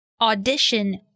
audition